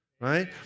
right